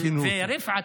ורפעת,